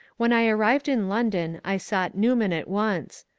when i arrived in london i sought newman at once.